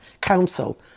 council